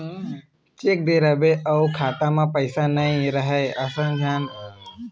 cheque दे रहिबे अउ खाता म पइसा नइ राहय अइसन ढंग ले करइया अपराध ल चेक धोखाघड़ी के नांव ले जाने जाथे